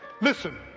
Listen